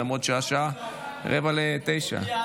למרות שהשעה 20:45. אותי לא,